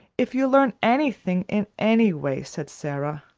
if you learn anything in any way, said sara.